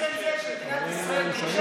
עצם זה שמדינת ישראל